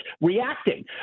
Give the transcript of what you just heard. reacting